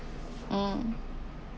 mm